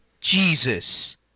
Jesus